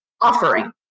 offering